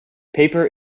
paper